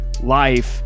life